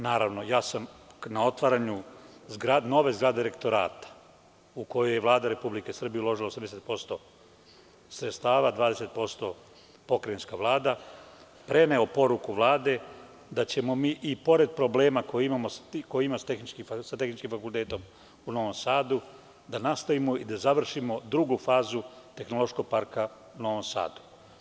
Naravno, ja sam na otvaranju nove zgrade rektorata, u koju je Vlada Republike Srbije uložila 80% sredstava, 20% pokrajinska vlada, preneo poruku Vlade da ćemo mi, i pored problema koje imamo sa Tehničkim fakultetom u Novom Sadu, nastaviti i završiti drugu fazu Tehnološkog parka u Novom Sadu.